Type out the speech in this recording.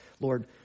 Lord